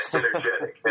energetic